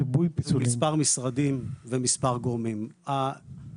יש מספר משרדים ומספר גורמים שמטפלים בנושא הזה.